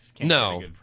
no